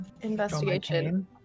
investigation